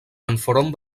enfront